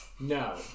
no